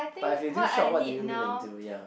but if you do shop what do you look into ya